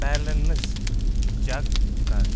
balance check کَرٕنۍ